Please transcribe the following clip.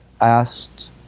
asked